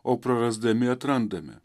o prarasdami atrandame